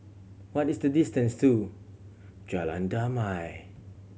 what is the distance to Jalan Damai